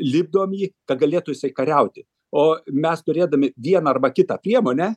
lipdom jį kad galėtų jisai kariauti o mes turėdami vieną arba kitą priemonę